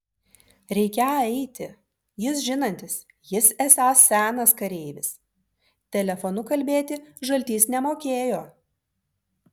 reikią eiti jis žinantis jis esąs senas kareivis telefonu kalbėti žaltys nemokėjo